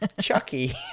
Chucky